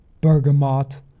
bergamot